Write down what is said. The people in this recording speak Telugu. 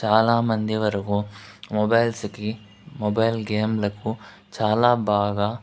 చాలామంది వరకు మొబైల్స్కి మొబైల్ గేమ్లకు చాలా బాగా